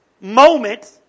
moment